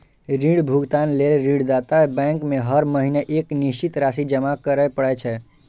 ऋण भुगतान लेल ऋणदाता बैंक में हर महीना एक निश्चित राशि जमा करय पड़ै छै